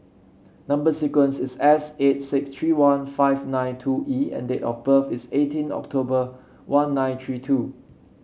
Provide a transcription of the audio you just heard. number sequence is S eight six three one five nine two E and date of birth is eighteen October one nine three two